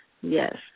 Yes